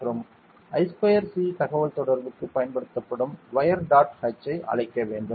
மற்றும் I square C தகவல்தொடர்புக்கு பயன்படுத்தப்படும் வயர் டாட் h ஐ அழைக்க வேண்டும்